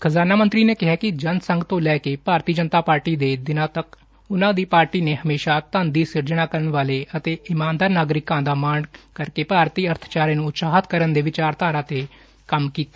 ਖਜ਼ਾਨਾ ਮੰਤਰੀ ਨੇ ਕਿਹਾ ਕਿ ਜਨ ਸੰਘ ਤੋਂ ਲੈ ਕੇ ਭਾਰਤੀ ਜਨਤਾ ਪਾਰਟੀ ਦੇ ਦਿਨਾਂ ਤੱਕ ਉਨਾਂ ਦੀ ਪਾਰਟੀ ਨੇ ਹਮੇਸ਼ਾ ਧਨ ਦੀ ਸਿਰਜਣਾ ਕਰਨ ਵਾਲੇ ਅਤੇ ਇਮਾਨਦਾਰ ਨਾਗਰਿਕਾਂ ਦਾ ਮਾਣ ਕਰਕੇ ਭਾਰਤੀ ਅਰਥਚਾਰੇ ਨੂੰ ਉਤਸ਼ਾਹਤ ਕਰਨ ਦੇ ਵਿਚਾਰਧਾਰਾ ਦੇ ਕੰਮ ਕੀਤੇ